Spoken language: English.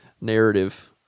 narrative